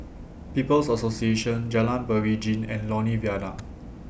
People's Association Jalan Beringin and Lornie Viaduct